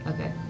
Okay